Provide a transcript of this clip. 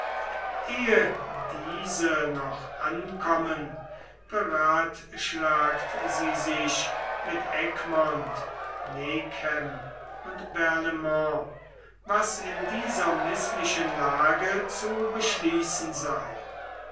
ehe diese noch ankommen beratschlagt sie sich mit egmont megen und barlaimont was in dieser mißlichen lage zu beschließen sei